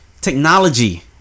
technology